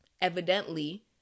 evidently